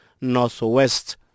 Northwest